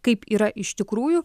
kaip yra iš tikrųjų